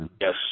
Yes